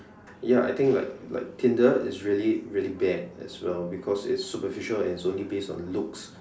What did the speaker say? ya I think like like tinder is really really bad as well because it's superficial and it's only based on looks